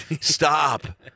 stop